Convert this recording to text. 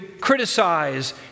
criticize